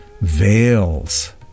veils